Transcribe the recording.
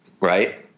right